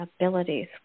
abilities